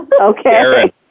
Okay